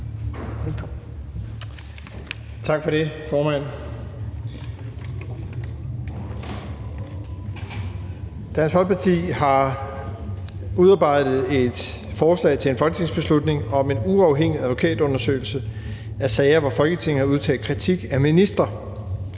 Tak for det, formand. Dansk Folkeparti har udarbejdet et forslag til folketingsbeslutning om en uafhængig advokatundersøgelse af sager, hvor Folketinget har udtalt kritik af ministre.